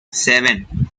seven